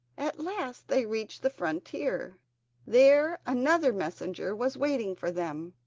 at last they reached the frontier there another messenger was waiting for them,